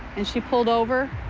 and she pulled over,